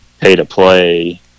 pay-to-play